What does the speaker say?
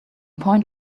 point